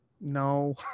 no